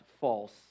false